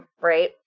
right